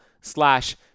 slash